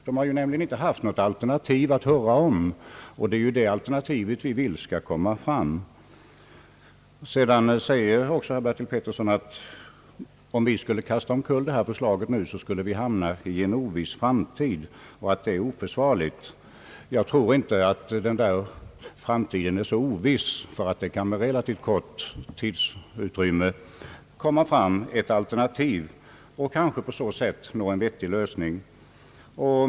Man har nämligen inte haft något alternativ och det är det alternativet vi vill erbjuda. Herr Bertil Petersson säger vidare att om vi nu skulle kasta omkull detta förslag, skulle vi hamna i en oviss framtidssituation och att detta vore oförsvarligt. Jag tror inte att framtiden är så oviss. Man kan på relativt kort tid få fram ett alternativ och kanske på så sätt nå en vettig lösning.